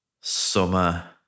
summer